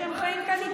והם חיים כאן איתנו.